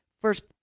First